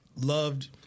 loved –